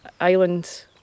island